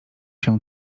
się